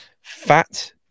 fat